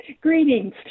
Greetings